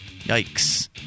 Yikes